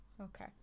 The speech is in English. okay